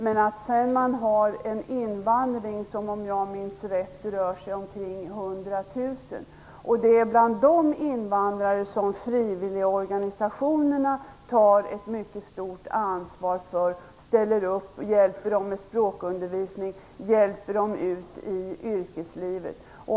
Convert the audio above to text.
Sedan har man en invandring på omkring 100 000 personer, om jag minns rätt. Det är bland de invandrarna som frivilligorganisationerna tar ett mycket stort ansvar. De ställer upp och hjälper till med språkundervisning och hjälper invandrarna ut i yrkeslivet.